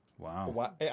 Wow